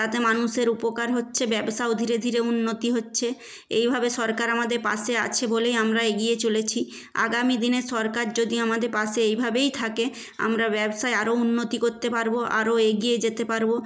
তাতে মানুষের উপকার হচ্ছে ব্যবসাও ধীরে ধীরে উন্নতি হচ্ছে এইভাবে সরকার আমাদের পাশে আছে বলেই আমরা এগিয়ে চলেছি আগামী দিনে সরকার যদি আমাদের পাশে এইভাবেই থাকে আমরা ব্যবসায় আরো উন্নতি করতে পারব আরো এগিয়ে যেতে পারব